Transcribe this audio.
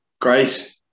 Great